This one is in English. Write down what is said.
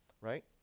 right